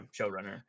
showrunner